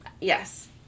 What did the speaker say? yes